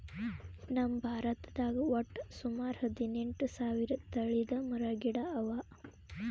ನಮ್ ಭಾರತದಾಗ್ ವಟ್ಟ್ ಸುಮಾರ ಹದಿನೆಂಟು ಸಾವಿರ್ ತಳಿದ್ ಮರ ಗಿಡ ಅವಾ